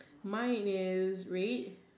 mine is red